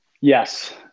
Yes